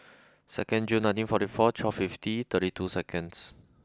second June nineteen forty four twelve fifty thirty two seconds